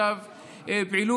ויש לי גם חיבה אישית,